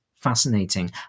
fascinating